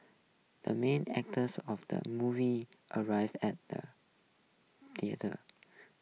the main actors of the movie arrived at the theater